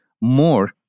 more